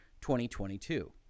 2022